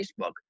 Facebook